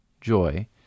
joy